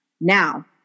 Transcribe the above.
Now